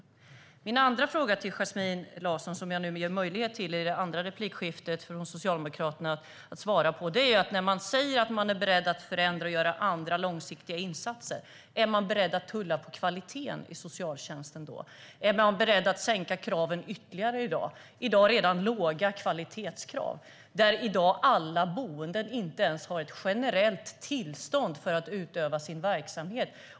Jag har en andra fråga till Yasmine Larsson - jag ger nu en möjlighet för Socialdemokraterna att svara på den i det andra replikskiftet. Man säger att man är beredd att förändra och göra andra långsiktiga insatser. Är man då beredd att tumma på kvaliteten i socialtjänsten? Är man beredd att sänka kraven ytterligare? Det är redan i dag låga krav på kvalitet. Alla boenden har inte ens ett generellt tillstånd för att utöva sin verksamhet.